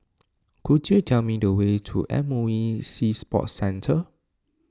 could you tell me the way to M O E Sea Sports Centre